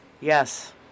Yes